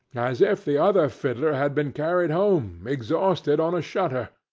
as if the other fiddler had been carried home, exhausted, on a shutter,